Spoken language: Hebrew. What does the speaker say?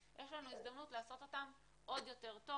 יש לנו הזדמנות לעשות אותם עוד יותר טוב,